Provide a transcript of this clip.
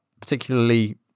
particularly